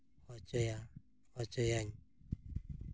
ᱦᱚᱪᱚᱭᱟ ᱦᱚᱪᱚᱭᱟᱹᱧ